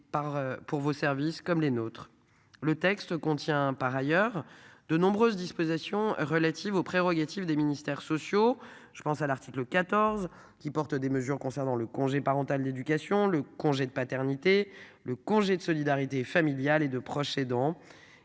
Le texte contient par ailleurs de nombreuses dispositions relatives aux prérogatives des ministères sociaux je pense à l'article 14 qui portent des mesures concernant le congé parental d'éducation. Le congé de paternité. Le congé de solidarité familiale et de proche aidant